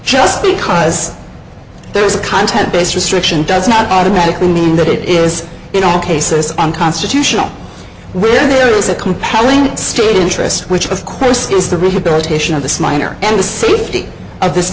just because there's a content based restriction does not automatically mean that it is in all cases unconstitutional when there is a compelling state interest which of course is the rehabilitation of this minor and the safety of this